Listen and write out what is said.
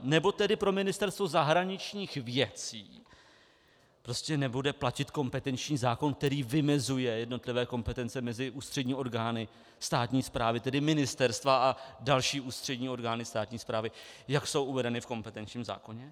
Nebo tedy pro Ministerstvo zahraničních věcí prostě nebude platit kompetenční zákon, který vymezuje jednotlivé kompetence mezi ústřední orgány státní správy, tedy ministerstva a další ústřední orgány státní správy, jak jsou uvedeny v kompetenčním zákoně?